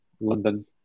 London